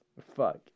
Fuck